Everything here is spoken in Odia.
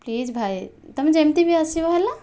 ପ୍ଲିଜ ଭାଇ ତୁମେ ଯେମିତି ବି ଆସିବ ହେଲା